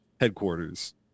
headquarters